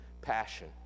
passion